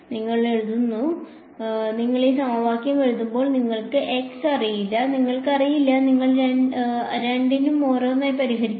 നിങ്ങൾ എഴുതുന്നു നിങ്ങൾ ഈ സമവാക്യം എഴുതുമ്പോൾ നിങ്ങൾക്ക് x അറിയില്ല നിങ്ങൾക്കറിയില്ല നിങ്ങൾ രണ്ടിനും ഓരോന്നായി പരിഹരിക്കുന്നു